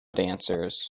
dancers